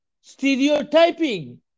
stereotyping